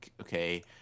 okay